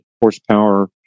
horsepower